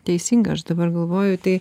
teisinga aš dabar galvoju tai